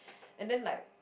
and then like